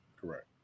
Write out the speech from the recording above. Correct